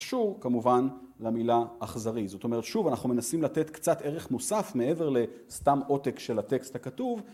קשור כמובן למילה אכזרי זאת אומרת שוב אנחנו מנסים לתת קצת ערך מוסף מעבר לסתם עותק של הטקסט הכתוב